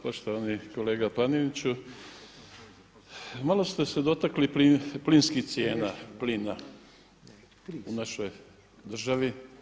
Poštovani kolega Paneniću, malo ste se dotakli plinskih cijena, plina u našoj državi.